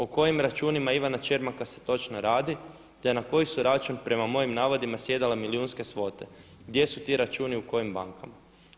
O kojim računima se Ivana Čermaka se točno radi, te na koji su račun prema mojim navodima sjedale milijunske svote, gdje su ti računi i u kojim bankama.